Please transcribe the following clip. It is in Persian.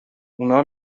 اونا